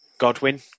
Godwin